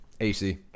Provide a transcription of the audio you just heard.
AC